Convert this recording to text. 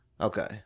Okay